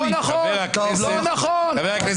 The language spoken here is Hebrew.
חבר הכנסת